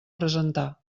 presentar